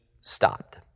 stopped